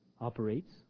operates